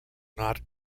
not